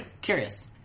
curious